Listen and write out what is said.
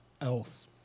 else